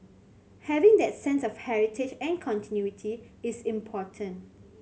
having that sense of heritage and continuity is important